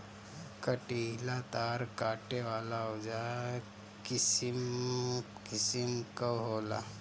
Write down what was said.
कंटीला तार काटे वाला औज़ार किसिम किसिम कअ होला